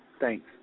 Thanks